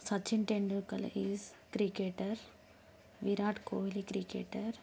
Sachin Tendulkar is cricketer Virat Kohli cricketer